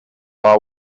are